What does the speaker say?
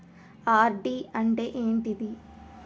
RD అంటే ఏంటిది?